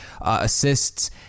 assists